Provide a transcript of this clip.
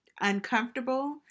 uncomfortable